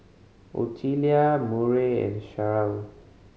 Ottilia Murray and Sharyl